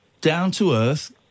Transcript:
down-to-earth